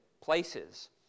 places